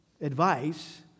advice